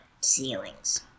ceilings